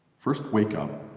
first, wake up,